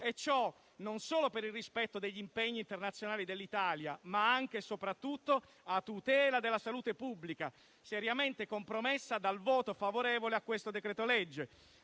e ciò non solo per il rispetto degli impegni internazionali dell'Italia, ma anche e soprattutto a tutela della salute pubblica, seriamente compromessa dal voto favorevole a questo decreto-legge,